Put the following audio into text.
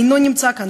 אינו נמצא כאן,